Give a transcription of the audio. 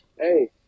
Hey